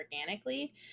organically